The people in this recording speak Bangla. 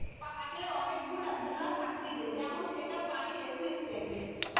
পাটের অনেক গুলা গুণা থাকতিছে যেমন সেটা পানি রেসিস্টেন্ট